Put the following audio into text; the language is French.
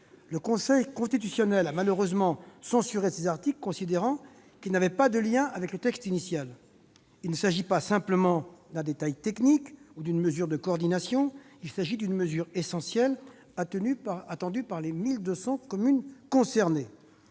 Le Conseil constitutionnel a malheureusement censuré ces articles, considérant qu'ils n'avaient pas de lien avec le texte initial. Il ne s'agit pas simplement d'un détail technique ou d'une mesure de coordination ; il s'agit d'une mesure essentielle, attendue par près de 1 200 communes concernées.